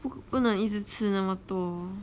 不不能一直吃那么多